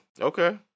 Okay